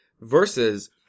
versus